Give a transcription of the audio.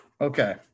Okay